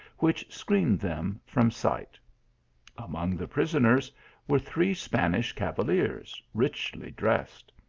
which screened them from sight among the prisoners were three spanish cavaliers, richly dressed.